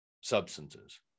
substances